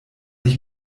ich